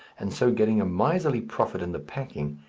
and so getting a miserly profit in the packing,